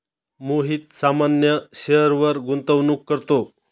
मोहित सामान्य शेअरवर गुंतवणूक करतो